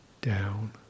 down